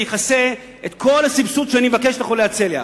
זה יכסה את כל הסבסוד שאני מבקש לחולי הצליאק.